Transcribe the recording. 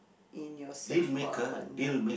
in your search for a partner